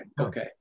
okay